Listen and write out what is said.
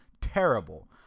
terrible